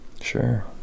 sure